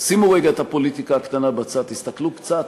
שימו רגע את הפוליטיקה הקטנה בצד, תסתכלו קצת,